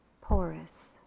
porous